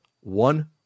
one